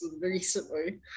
recently